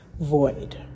void